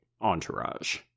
entourage